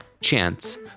Chance